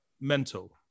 mental